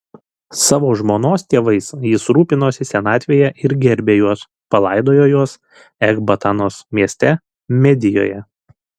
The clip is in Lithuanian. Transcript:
savo žmonos tėvais jis rūpinosi senatvėje ir gerbė juos palaidojo juos ekbatanos mieste medijoje